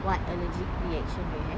what energy reaction you have